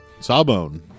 Sawbone